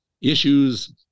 issues